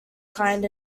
kind